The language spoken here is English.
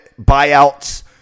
buyouts